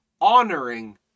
honoring